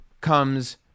comes